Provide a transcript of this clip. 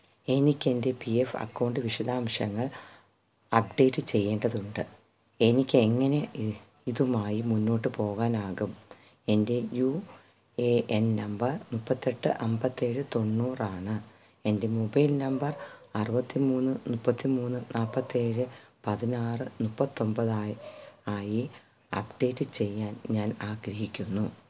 എനിക്കെന്റെ P F account വിശദാംശങ്ങൾ update ചെയ്യേണ്ടതുണ്ട് എനിക്കെങ്ങനെ ഇ ഇതുമായി മുന്നോട്ടു പോകാനാകും എന്റെ യൂ ഏ എൻ നമ്പർ മുപ്പത്തെട്ട് അൻപത്തേഴ് തൊണ്ണൂറാണ് എന്റെ മൊബൈൽ നമ്പർ അറുപത്തി മൂന്ന് മുപ്പത്തി മൂന്ന് നാൽപ്പത്തേഴ് പതിനാറ് മുപ്പത്തൊൻപതായി ആയി അപ്ഡേറ്റ് ചെയ്യാൻ ഞാൻ ആഗ്രഹിക്കുന്നു